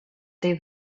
they